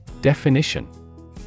Definition